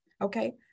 Okay